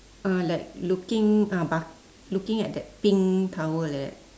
uh like looking uh bark~ looking at that pink towel like that